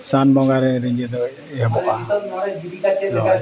ᱥᱟᱱ ᱵᱚᱸᱜᱟᱨᱮ ᱨᱤᱡᱷᱟᱹ ᱫᱚ ᱮᱦᱚᱵᱚᱜᱼᱟ